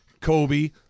Kobe